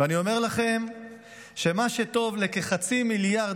ואני אומר לכם שמה שטוב לכחצי מיליארד